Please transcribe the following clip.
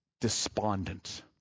despondent